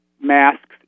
masks